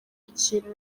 ikintu